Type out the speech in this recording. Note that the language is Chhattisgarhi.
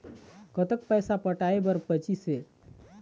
कतक पैसा पटाए बर बचीस हे?